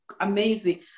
amazing